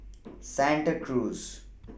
Santa Cruz